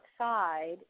outside